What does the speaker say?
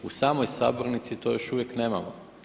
U samoj sabornici to još uvijek nemamo.